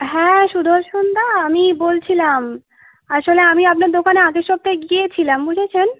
হ্যাঁ সুদর্শন দা আমি বলছিলাম আসলে আমি আপনার দোকানে আগের সপ্তাহে গিয়েছিলাম বুঝেছেন